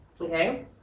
okay